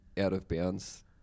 out-of-bounds